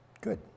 Good